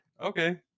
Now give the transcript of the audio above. okay